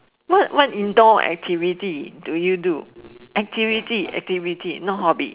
what what indoor activity do you do activity activity not hobby